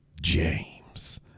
James